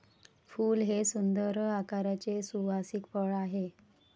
फूल हे सुंदर आकाराचे सुवासिक फळ आहे